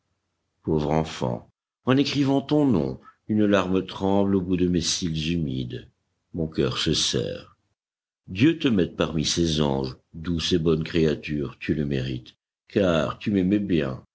pauvre enfant en écrivant ton nom une larme tremble au bout de mes cils humides mon cœur se serre dieu te mette parmi ses anges douce et bonne créature tu le mérites car tu m'aimais bien